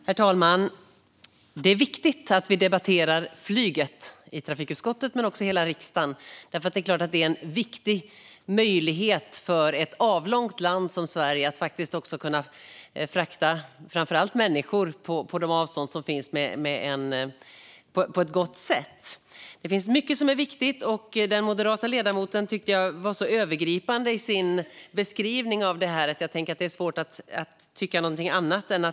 Herr talman! Det är viktigt att vi debatterar flyget, inte bara i trafikutskottet utan också i hela riksdagen, för det är klart att flyget är en viktig möjlighet för ett avlångt land som Sverige att på ett gott sätt frakta framför allt människor över de avstånd som finns. Det finns mycket som är viktigt i detta. Jag tycker att den moderata ledamoten var så övergripande i sin beskrivning att jag tänker att det är svårt att tycka något annat.